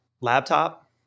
laptop